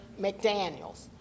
McDaniels